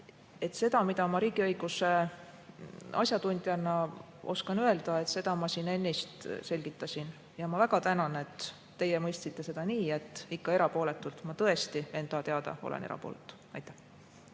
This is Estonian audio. Seda, mida ma riigiõiguse asjatundjana oskan öelda, ma siin ennist selgitasin. Ma väga tänan, et teie mõistsite seda nii, et ikka erapooletult. Ma tõesti enda teada olen erapooletu. Suur